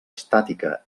estàtica